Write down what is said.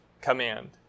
command